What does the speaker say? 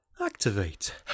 Activate